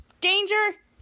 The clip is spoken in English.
Danger